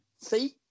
See